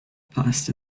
past